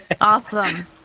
Awesome